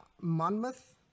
Monmouth